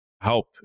help